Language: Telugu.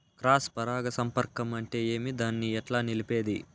క్రాస్ పరాగ సంపర్కం అంటే ఏమి? దాన్ని ఎట్లా నిలిపేది?